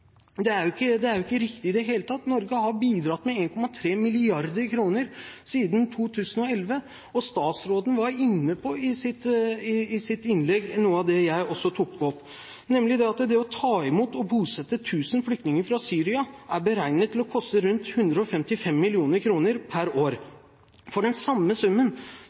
Det er ikke riktig i det hele tatt. Norge har bidratt med 1,3 mrd. kr siden 2011, og statsråden var i sitt innlegg inne på noe av det jeg også tok opp, nemlig at det å ta imot og bosette 1 000 flyktninger fra Syria er beregnet til å koste rundt 155 mill. kr per år. For den samme summen